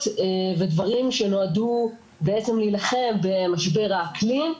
ודברים שנועדו בעצם להילחם במשבר האקלים.